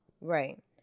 Right